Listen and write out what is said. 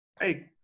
Hey